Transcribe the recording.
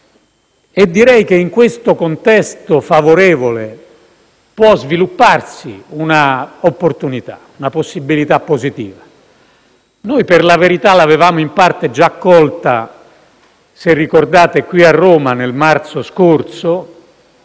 impegnate. In questo contesto favorevole può svilupparsi una opportunità, una possibilità positiva. Noi, per la verità, l'avevamo in parte già colta, se ricordate, qui a Roma nel marzo scorso,